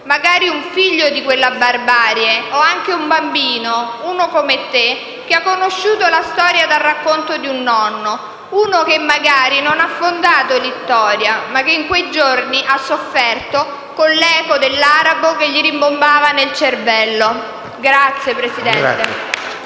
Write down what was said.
magari un figlio di quella barbarie o anche un bambino, uno come te, che ha conosciuto la storia dal racconto di un nonno, che magari non ha fondato Littoria, ma che in quei giorni ha sofferto, con l'eco dell'arabo che gli rimbombava nel cervello. *(Applausi